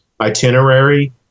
itinerary